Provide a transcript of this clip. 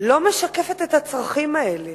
לא משקפת את הצרכים האלה,